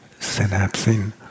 synapsing